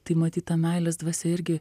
tai matyt ta meilės dvasia irgi